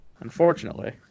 unfortunately